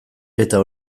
eta